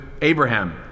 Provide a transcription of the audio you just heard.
Abraham